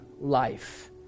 life